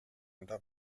unter